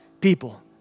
people